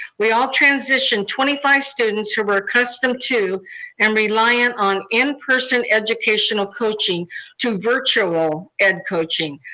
we all transitioned twenty five students who were accustomed to and reliant on in-person educational coaching to virtual ed coaching.